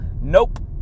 nope